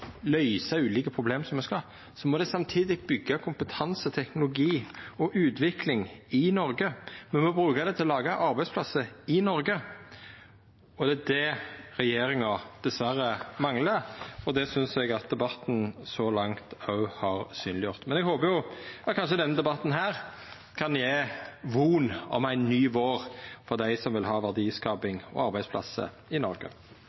løysa ulike problem, som me skal, må me samtidig byggja kompetanse, teknologi og utvikling i Noreg. Me må bruka det til å laga arbeidsplassar – i Noreg. Det er det regjeringa dessverre manglar, og det synest eg at debatten så langt òg har synleggjort. Men eg håper at kanskje denne debatten her kan gje von om ein ny vår for dei som vil ha verdiskaping og arbeidsplassar i Noreg.